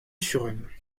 führen